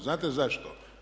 Znate zašto?